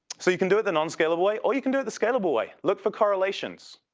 so you can do it the non-scalable way or you can do it the scalable way. look for correlations.